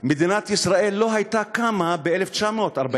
מדינת ישראל לא הייתה קמה ב-1948".